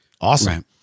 awesome